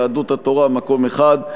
יהדות התורה: מקום אחד.